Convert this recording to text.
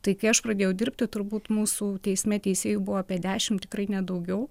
tai kai aš pradėjau dirbti turbūt mūsų teisme teisėjų buvo apie dešimt tikrai ne daugiau